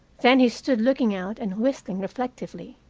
then he stood looking out and whistling reflectively.